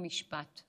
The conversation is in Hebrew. חוק ומשפט.